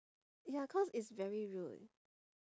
ya cause it's very rude